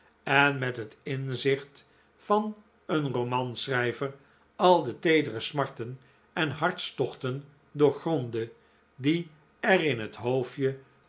en met het inzicht van een romanschrijver al de teedere smarten en hartstochten doorgrondde die er in het hoofdje